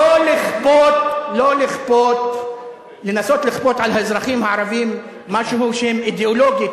לא לנסות לכפות על האזרחים הערבים משהו שהם אידיאולוגית,